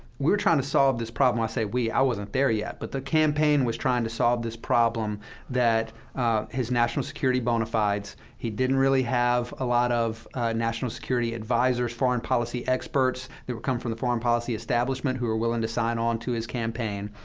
we were trying to solve this problem i say we i wasn't there yet. but the campaign was trying to solve this problem that his national security bona fides, he didn't really have a lot of national security advisers, foreign policy experts, that would come from the foreign policy establishment who were willing to sign onto his campaign.